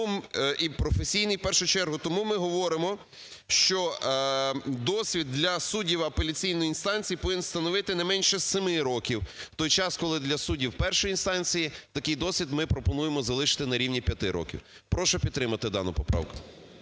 і професійний в першу чергу. Тому ми говоримо, що досвід для суддів апеляційної інстанції повинен становити не менше семи років, в той час, коли для суддів першої інстанції такий досвід ми пропонуємо залишити на рівні 5 років. Прошу підтримати дану поправку.